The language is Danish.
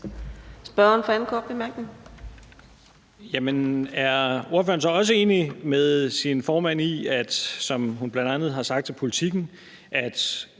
Er ordføreren så også enig med sin formand i, hvad hun bl.a. har sagt til Politiken,